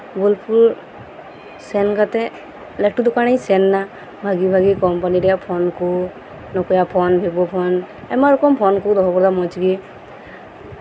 ᱵᱳᱞᱯᱩᱨ ᱥᱮᱱ ᱠᱟᱛᱮᱫ ᱞᱟᱹᱴᱩ ᱫᱚᱠᱟᱱ ᱤᱧ ᱥᱮᱱ ᱮᱱᱟ ᱵᱷᱟᱹᱜᱤ ᱵᱷᱟᱹᱜᱤ ᱠᱳᱢᱯᱟᱱᱤ ᱨᱮᱭᱟᱜ ᱯᱷᱳᱱ ᱠᱚ ᱱᱚᱠᱤᱭᱟ ᱯᱷᱳᱱ ᱵᱷᱤᱵᱷᱳ ᱯᱷᱳᱱ ᱟᱭᱢᱟ ᱨᱚᱠᱚᱢ ᱯᱷᱳᱱ ᱠᱚ ᱫᱚᱦᱚ ᱟᱠᱟᱫᱟ ᱢᱚᱸᱡᱽ ᱜᱮ